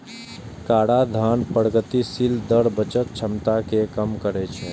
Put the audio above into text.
कराधानक प्रगतिशील दर बचत क्षमता कें कम करै छै